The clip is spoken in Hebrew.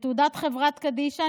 בתעודת חברה קדישא,